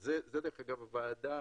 זה אגב, הוועדה